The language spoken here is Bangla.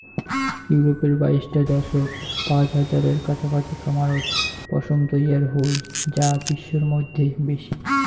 ইউরপের বাইশটা দ্যাশত পাঁচ হাজারের কাছাকাছি খামারত পশম তৈয়ার হই যা বিশ্বর মইধ্যে বেশি